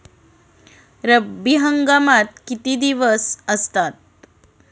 रब्बी हंगामात किती दिवस असतात?